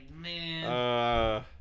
man